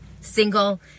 single